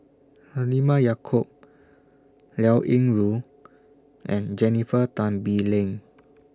Halimah Yacob Liao Yingru and Jennifer Tan Bee Leng